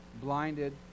blinded